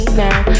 now